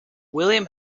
william